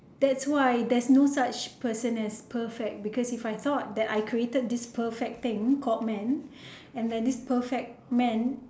that's why there is no such person as perfect because if I thought that I created this perfect thing called man and than this perfect man